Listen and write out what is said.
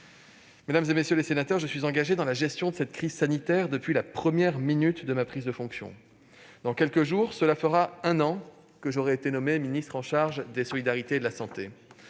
Mesdames, messieurs les sénateurs, je suis engagé dans la gestion de cette crise sanitaire depuis la première minute de ma prise de fonction. Dans quelques jours, cela fera un an que j'ai été nommé ministre des solidarités et de la santé.